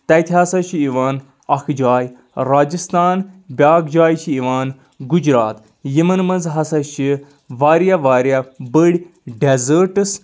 تتہِ ہسا چھِ یِوان اکھ جاے راجِستان بیاکھ جاے چھِ یِوان گجرات یِمن منٛز ہسا چھِ واریاہ واریاہ بٔڑۍ ڈیٚزٲٹٕس